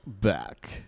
back